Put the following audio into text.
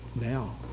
now